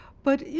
but you